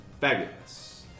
fabulous